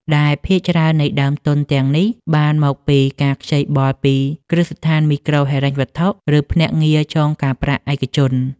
ដែលភាគច្រើននៃដើមទុនទាំងនេះបានមកពីការខ្ចីបុលពីគ្រឹះស្ថានមីក្រូហិរញ្ញវត្ថុ ឬភ្នាក់ងារចងការប្រាក់ឯកជន។